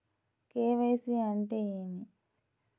KYC అంటే ఏమి?